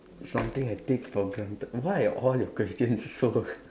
something I take for granted why are all your questions so